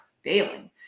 failing